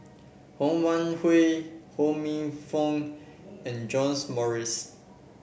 Ho Wan Hui Ho Minfong and John's Morrice